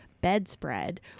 bedspread